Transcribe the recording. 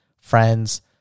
friends